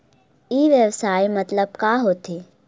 ई व्यवसाय मतलब का होथे?